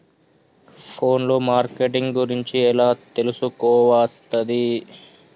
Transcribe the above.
Phone లో marketing గురించి ఎలా తెలుసుకోవస్తది?